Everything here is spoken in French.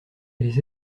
les